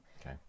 okay